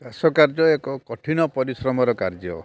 ଚାଷ କାର୍ଯ୍ୟ ଏକ କଠିନ ପରିଶ୍ରମର କାର୍ଯ୍ୟ